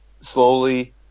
slowly